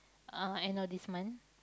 uh end of this month